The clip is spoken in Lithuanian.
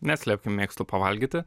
neslėpkim mėgstu pavalgyti